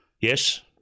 yes